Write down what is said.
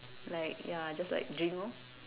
like ya just like drink orh